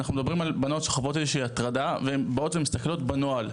אנחנו מדברים על בנות שחוות איזושהי הטרדה והן באות ומסתכלות בנוהל.